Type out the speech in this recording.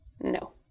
no